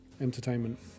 entertainment